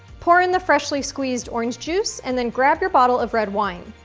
pour in the freshly squeezed orange juice and then grab your bottle of red wine.